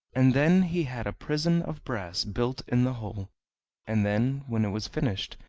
and then he had a prison of brass built in the hole and then, when it was finished,